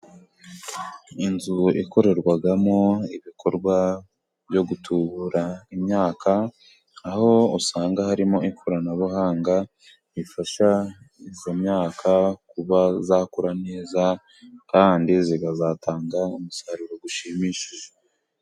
Inzu ikorerwamo ibikorwa byo gutubura imyaka , aho usanga harimo ikoranabuhanga rifasha iyo myaka kuba yakura neza kandi ikazatanga umusaruro ushimishije.